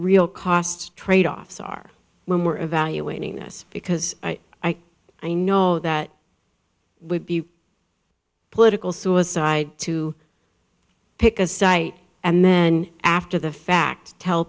real cost tradeoffs are when we're evaluating this because i know that would be political suicide to pick a site and then after the fact tell